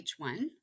H1